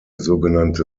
sogenannte